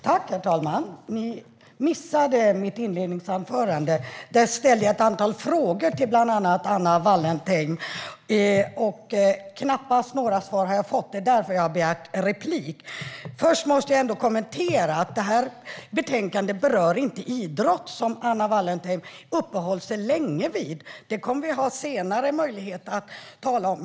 Herr talman! Ni missade mitt inledningsanförande. Där ställde jag ett antal frågor till bland andra Anna Wallentheim. Jag har knappast fått några svar, och det är därför som jag har begärt replik. Först måste jag ändå kommentera att detta betänkande inte berör idrott, som Anna Wallentheim uppehöll sig länge vid. Vi kommer senare att ha möjlighet att tala om det.